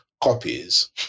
copies